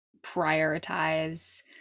prioritize